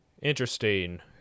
Interesting